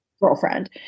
girlfriend